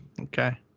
okay